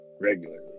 regularly